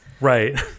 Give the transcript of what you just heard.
Right